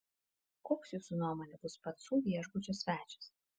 koks jūsų nuomone bus pacų viešbučio svečias